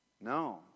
no